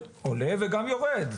וגם יורד.